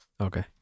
Okay